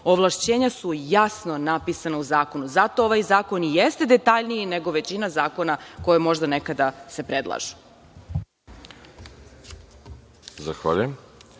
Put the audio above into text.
Ovlašćenja su jasno napisana u zakonu i zato ovaj zakon i jeste detaljniji nego većina zakona koji se možda nekada predlažu.